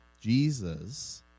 Jesus